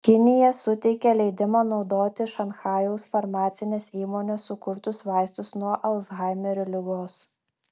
kinija suteikė leidimą naudoti šanchajaus farmacinės įmonės sukurtus vaistus nuo alzhaimerio ligos